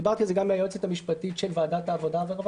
דיברתי על זה גם עם היועצת המשפטית של ועדת העבודה והרווחה,